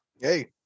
Hey